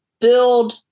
build